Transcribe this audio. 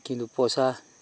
কিন্তু পইচা